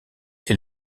est